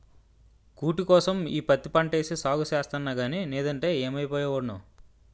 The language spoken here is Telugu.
కూటికోసం ఈ పత్తి పంటేసి సాగు సేస్తన్నగానీ నేదంటే యేమైపోయే వోడ్నో